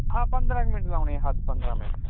ਹਾਂ ਪੰਦਰਾਂ ਕ ਮਿੰਟ ਲਾਉਣੇ ਆ ਹੱਦ ਪੰਦਰਾਂ ਮਿੰਟ